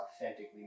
authentically